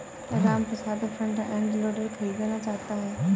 Ramprasad front end loader खरीदना चाहता है